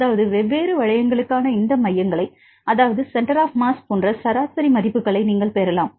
அதாவது வெவ்வேறு வளையங்களுக்கான இந்த மையங்களை அதாவது சென்டர் ஆப் மாஸ் போன்ற சராசரி மதிப்புகளை நீங்கள் பெறலாம்